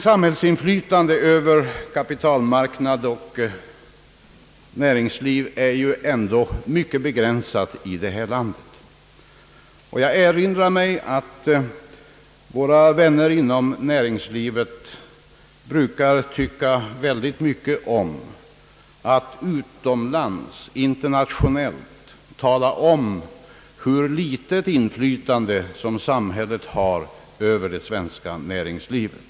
Samhällsinflytandet över = kapitalmarknad och näringsliv är ändå mycket begränsat i detta land. Jag erinrar mig att våra vänner inom näringslivet brukar tycka väldigt mycket om att utomlands betona hur litet inflytande samhället bar över det svenska näringslivet.